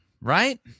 right